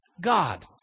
God